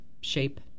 shape